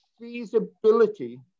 feasibility